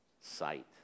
sight